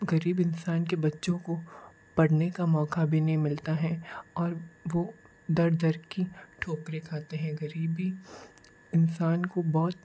ग़रीब इंसान के बच्चों को पढ़ने का मौक़ा भी नहीं मिलता है और वे दर दर की ठोकरे खाते हैं ग़रीबी इंसान को बहुत